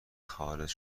خارج